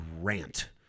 rant